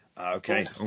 Okay